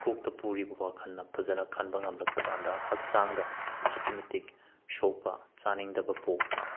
ꯀꯣꯛꯇ ꯄꯨꯔꯤꯕ ꯋꯥꯈꯜꯅ ꯐꯖꯅ ꯈꯟꯕ ꯉꯝꯂꯛꯇꯕꯀꯥꯟꯗ ꯍꯛꯆꯥꯡꯗ ꯑꯁꯨꯛꯀꯤ ꯃꯇꯤꯛ ꯁꯣꯛꯄ ꯆꯥꯅꯤꯡꯗꯕ ꯄꯣꯛꯄ